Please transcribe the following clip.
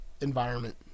environment